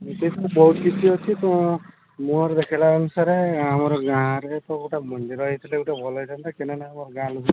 ବହୁତ କିଛି ଅଛି ମୋର ଦେଖିଲା ଅନୁସାରେ ଆମର ଗାଁରେ ଗୋଟେ ମନ୍ଦିର ହୋଇଥିଲେ ଗୋଟେ ଭଲ ହୋଇଥାନ୍ତା କେନେ